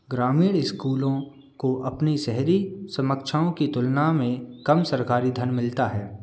ग्रामीण इस्कूलों को अपनी शहरी समक्षाओं की तुलना में कम सरकारी धन मिलता है